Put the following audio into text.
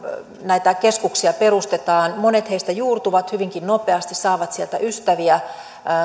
näitä keskuksia perustetaan monet heistä juurtuvat hyvinkin nopeasti saavat sieltä ystäviä